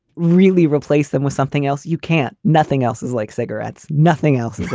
really replace them with something else. you can't. nothing else is like cigarettes, nothing else.